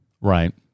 Right